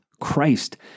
Christ